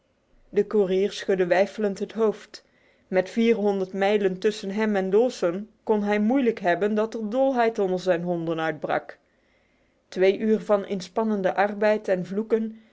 de koerier schudde weifelend het hoofd met vierhonderd mijlen tussen hem en dawson kon hij moeilijk hebben dat er dolheid onder zijn honden uitbrak twee uren van inspannende arbeid en vloeken